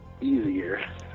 easier